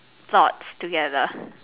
thought together